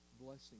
blessing